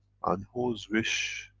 on who's wish,